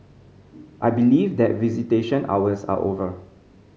I believe that visitation hours are over